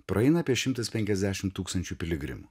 praeina apie šimtas penkiasdešimt tūkstančių piligrimų